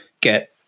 get